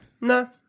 No